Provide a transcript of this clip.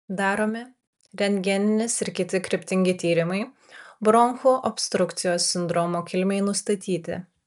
daromi rentgeninis ir kiti kryptingi tyrimai bronchų obstrukcijos sindromo kilmei nustatyti